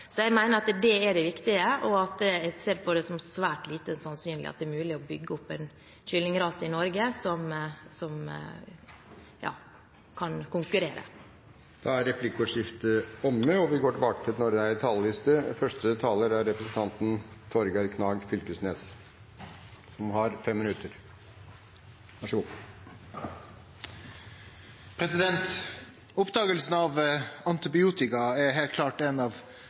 Så jeg mener at det er det viktige, og jeg ser på det som svært lite sannsynlig at det er mulig å bygge opp en kyllingrase i Norge som kan konkurrere. Replikkordskiftet er omme. Oppdaginga av antibiotika er heilt klart eit av vår tids største vitskapelege gjennombrot – oppdaga av ein enkeltforskar som